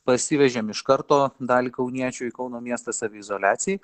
parsivežėm iš karto dalį kauniečių į kauno miestą saviizoliacijai